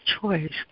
choice